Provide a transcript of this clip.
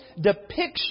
depiction